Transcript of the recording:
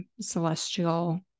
celestial